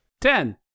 Ten